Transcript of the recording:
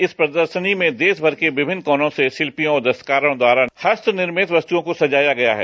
इस प्रदर्शनी में देशभर के विभिन्न कोनों से शिल्पियों और दस्तकारों द्वारा हस्त निर्मित वस्तुओं को सजाया गया है